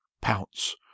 Pounce